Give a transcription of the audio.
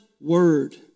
word